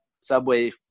subway